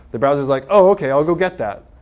the browser's like, oh, ok, i'll go get that.